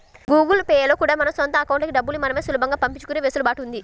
Google Pay లో కూడా మన సొంత అకౌంట్లకి డబ్బుల్ని మనమే సులభంగా పంపించుకునే వెసులుబాటు ఉంది